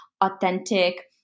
authentic